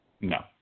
No